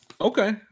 Okay